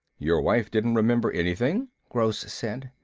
your wife didn't remember anything? gross said.